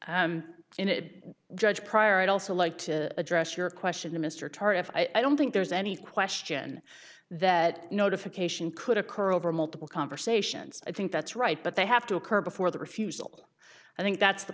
statute and it judge pryor i'd also like to address your question to mr tardif i don't think there's any question that notification could occur over multiple conversations i think that's right but they have to occur before the refusal i think that's the